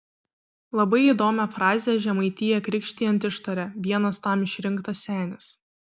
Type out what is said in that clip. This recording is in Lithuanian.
labai įdomią frazę žemaitiją krikštijant ištaria vienas tam išrinktas senis